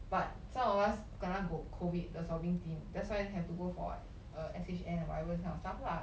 but some of us kena got COVID the swabbing team that's why have to go for uh S_H_N or whatever kind of stuff lah